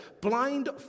Blind